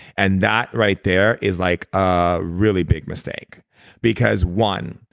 and that right there is like a really big mistake because one,